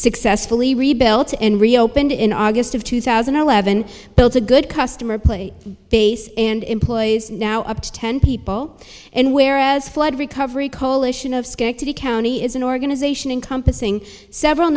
successfully rebuilt and reopened in august of two thousand and eleven but it's a good customer play bass and employees now up to ten people and whereas flood recovery coalition of the county is an organization encompassing several